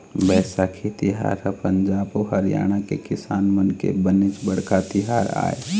बइसाखी तिहार ह पंजाब अउ हरियाणा के किसान मन के बनेच बड़का तिहार आय